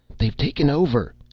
they've taken over,